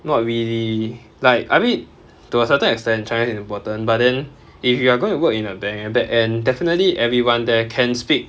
not really like I mean to a certain extent chinese is important but then if you are going to work in a bank and that end definitely everyone there can speak